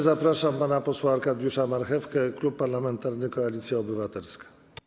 Zapraszam pana posła Arkadiusza Marchewkę, Klub Parlamentarny Koalicja Obywatelska.